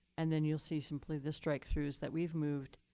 and then you'll see simply the strikethroughs that we've moved.